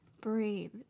Breathe